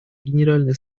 генеральной